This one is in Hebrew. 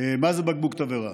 מה זה בקבוק תבערה.